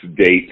date